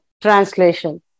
translation